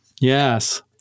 yes